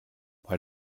why